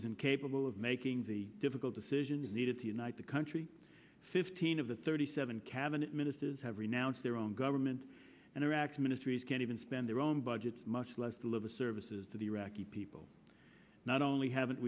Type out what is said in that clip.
incapable of making the difficult decisions needed unite the country fifteen of the thirty seven cabinet ministers have renounced their own government and iraqi ministries can't even spend their own budgets much less deliver services to the iraqi people not only haven't